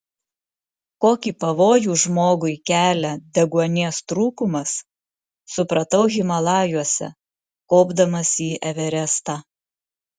kokį pavojų žmogui kelia deguonies trūkumas supratau himalajuose kopdamas į everestą